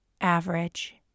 average